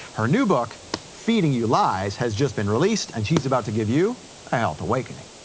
her new book feeding you lies has just been released and she's about to give you a health awakening.